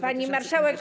Pani Marszałek!